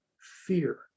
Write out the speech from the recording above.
fear